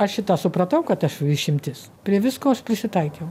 aš šitą supratau kad aš išimtis prie visko aš prisitaikiau